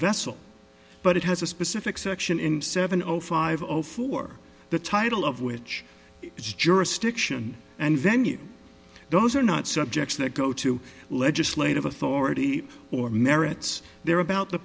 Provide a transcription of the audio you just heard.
vessel but it has a specific section in seven zero five zero for the title of which is jurisdiction and venue those are not subjects that go to legislative authority or merits they're about the